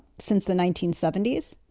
since the nineteen seventy s.